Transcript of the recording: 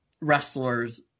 wrestlers